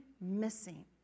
missing